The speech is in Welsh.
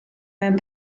mewn